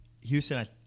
Houston